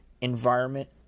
environment